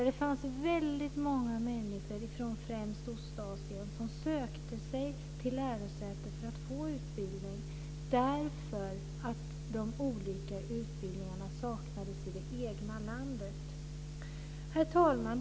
Där fanns det väldigt många människor från främst Ostasien som sökte sig till lärosäten för att få utbildning därför att de olika utbildningarna saknades i det egna landet. Herr talman!